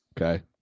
Okay